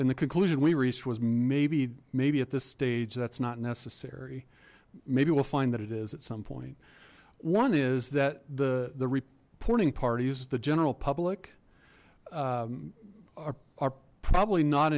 in the conclusion we reached was maybe maybe at this stage that's not necessary maybe we'll find that it is at some point one is that the the reporting parties the general public are probably not